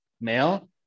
male